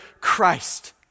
Christ